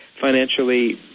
financially